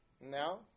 Now